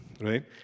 right